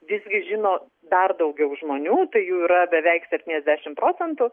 visgi žino dar daugiau žmonių tai jų yra beveik septyniasdešim procentų